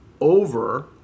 over